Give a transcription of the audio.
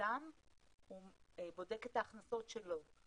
מיזם בודק את ההכנסות שלו.